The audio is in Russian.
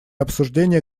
обсуждение